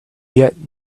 yet